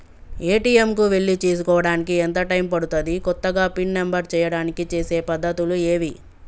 ATM కు వెళ్లి చేసుకోవడానికి ఎంత టైం పడుతది? కొత్తగా పిన్ నంబర్ చేయడానికి చేసే పద్ధతులు ఏవి?